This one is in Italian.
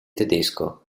tedesco